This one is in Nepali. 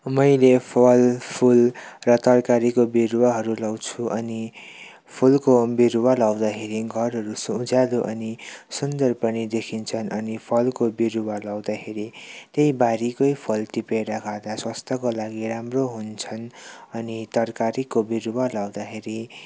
मैले फल फुल र तरकारीको बिरुवाहरू लगाउँछु अनि फुलको बिरुवा लगाउँदाखेरि घरहरू सो उज्याले अनि सुन्दर पनि देखिन्छन् अनि फलको बिरुवा लगाउँदाखेरि त्यही बारीकै फुल टिपेर खाँदा स्वास्थ्यको लागि राम्रो हुन्छन् अनि तरकारीको बिरुवा लगाउँदाखेरि